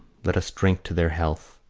let us drink to their health,